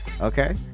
Okay